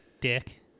Dick